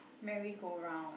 merry go round